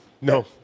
No